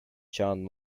john